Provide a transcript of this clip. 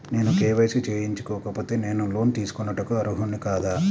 నేను కే.వై.సి చేయించుకోకపోతే నేను లోన్ తీసుకొనుటకు అర్హుడని కాదా?